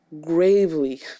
gravely